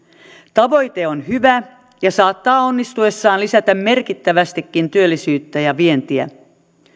tavoite on hyvä ja se saattaa onnistuessaan lisätä merkittävästikin työllisyyttä ja vientiä